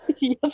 Yes